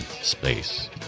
Space